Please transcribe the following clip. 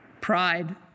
Pride